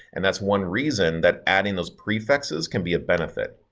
and that's one reason that adding those prefixes can be a benefit.